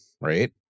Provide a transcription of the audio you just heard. right